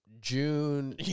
June